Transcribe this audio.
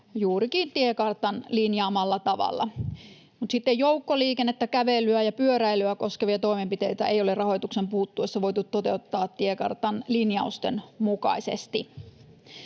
juurikin tiekartan linjaamalla tavalla. Mutta sitten joukkoliikennettä, kävelyä ja pyöräilyä koskevia toimenpiteitä ei ole rahoituksen puuttuessa voitu toteuttaa tiekartan linjausten mukaisesti.